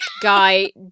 guy